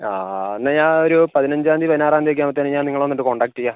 ആ ആ എന്നാൽ ഞാൻ ഒരു പതിനഞ്ചാംതീ പതിനാറാംതീ ഒക്കെ ആകുമ്പോളത്തേനും ഞാൻ നിങ്ങളെ വന്നിട്ട് കോൺടാക്ട് ചെയ്യാ